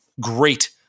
great